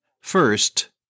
first